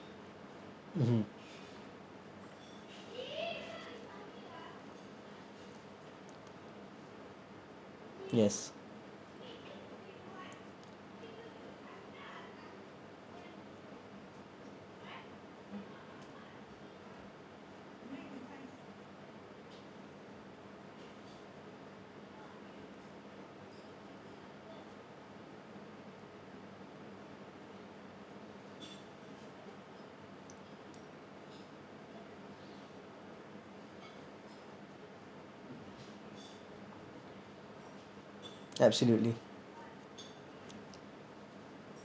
mmhmm yes absolutely